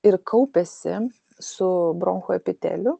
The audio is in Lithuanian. ir kaupiasi su bronchų epiteliu